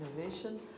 innovation